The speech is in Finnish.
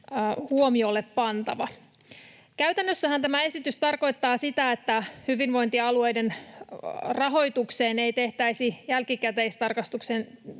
huomiolle pantava. Käytännössähän tämä esitys tarkoittaa sitä, että hyvinvointialueiden rahoitusta ei jälkikäteistarkastuksen